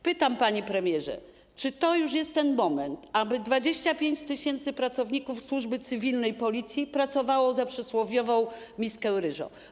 Pytam, panie premierze: Czy to już jest ten moment, aby 25 tys. pracowników służby cywilnej Policji pracowało za przysłowiową miskę ryżu?